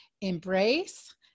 embrace